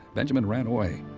benjamin ran away,